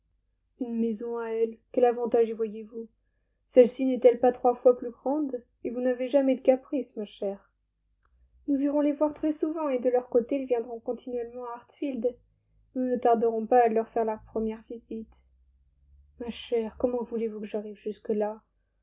une maison à elle quel avantage y voyez-vous celle-ci n'est-elle pas trois fois plus grande et vous n'avez jamais de caprices ma chère nous irons les voir très souvent et de leur côté il viendront continuellement à hartfield nous ne tarderons pas à leur faire la première visite ma chère comment voulez-vous que j'arrive jusque-là